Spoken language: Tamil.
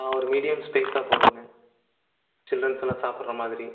ஒரு மீடியம் சைஸ்ஸாக போடுங்க சில்ரண்ட்ஸ்யெல்லாம் சாப்பிட்ற மாதிரி